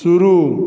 शुरू